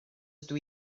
ydw